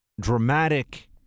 dramatic